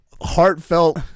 heartfelt